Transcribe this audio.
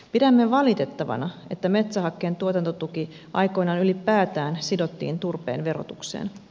pidämme valitettavana että metsähakkeen tuotantotuki aikoinaan ylipäätään sidottiin turpeen verotukseen